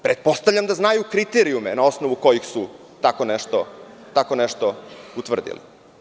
Pretpostavljam da znaju kriterijume na osnovu kojih su tako nešto utvrdili.